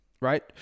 right